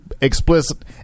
explicit